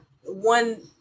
one